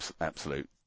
absolute